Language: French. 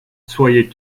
soyez